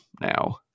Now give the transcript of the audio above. now